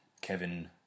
Kevin